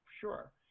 Sure